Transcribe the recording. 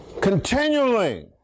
Continually